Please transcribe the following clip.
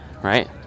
right